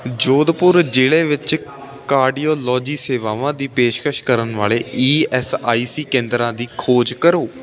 ਜੋਧਪੁਰ ਜ਼ਿਲ੍ਹੇ ਵਿੱਚ ਕਾਰਡੀਓਲੋਜੀ ਸੇਵਾਵਾਂ ਦੀ ਪੇਸ਼ਕਸ਼ ਕਰਨ ਵਾਲੇ ਈ ਐੱਸ ਆਈ ਸੀ ਕੇਂਦਰਾਂ ਦੀ ਖੋਜ ਕਰੋ